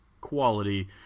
quality